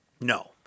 no